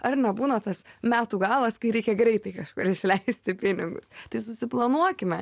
ar nebūna tas metų galas kai reikia greitai kažkur išleisti pinigus tai susiplanuokime